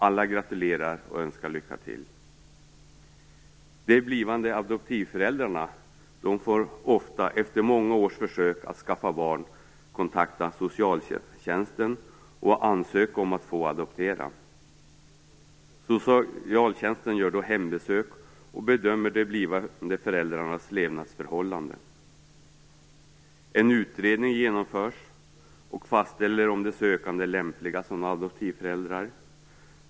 Alla gratulerar och önskar lycka till. De blivande adoptivföräldrarna får ofta, efter många års försök att skaffa barn, kontakta socialtjänsten och ansöka om att få adoptera. Socialtjänsten gör då hembesök och bedömer de blivande föräldrarnas levnadsförhållanden. En utredning genomförs, och man fastställer om de sökande är lämpliga som adoptivföräldrar.